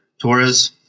Torres